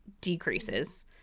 decreases